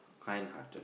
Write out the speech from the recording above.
kind hearted